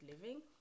living